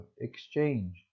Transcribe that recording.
exchange